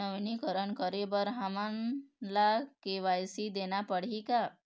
नवीनीकरण करे बर हमन ला के.वाई.सी देना पड़ही का?